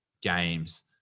games